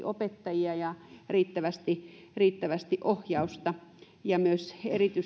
opettajia ja riittävästi riittävästi ohjausta myös